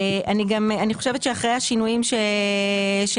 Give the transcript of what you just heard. אני גם חושבת שאחרי השינויים שנעשו,